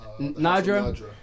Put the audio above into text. Nadra